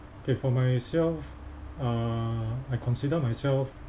okay for myself uh I consider myself